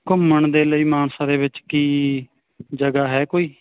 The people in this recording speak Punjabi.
ਘੁੰਮਣ ਦੇ ਲਈ ਮਾਨਸਾ ਦੇ ਵਿੱਚ ਕੀ ਜਗ੍ਹਾ ਹੈ ਕੋਈ